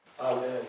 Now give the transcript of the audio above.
Amen